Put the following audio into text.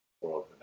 world